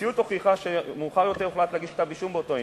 המציאות הוכיחה שמאוחר יותר הוחלט להגיש כתב-אישום באותו עניין,